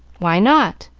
why not?